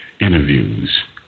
interviews